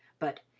but,